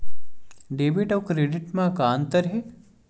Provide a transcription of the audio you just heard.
Debit अउ credit म का अंतर हे?